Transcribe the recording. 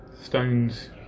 Stones